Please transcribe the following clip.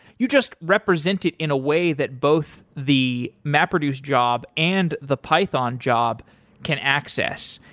you just represent it in a way that both the map reduce job and the python job can access,